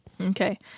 Okay